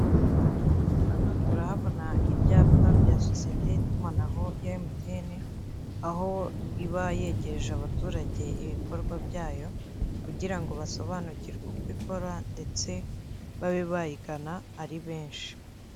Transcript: Hano turahabona ibyapa bya sosiyete y'itumanaho ya MTN, aho iba yegereje abaturage ibikorwa byayo kugira ngo basobanukirwe uko ikora ndetse babe bayigana ari benshi.